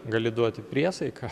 gali duoti priesaiką